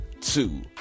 two